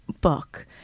book